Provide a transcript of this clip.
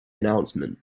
announcement